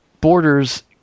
borders